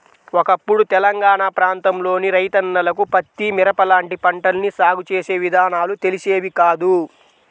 ఒకప్పుడు తెలంగాణా ప్రాంతంలోని రైతన్నలకు పత్తి, మిరప లాంటి పంటల్ని సాగు చేసే విధానాలు తెలిసేవి కాదు